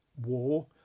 war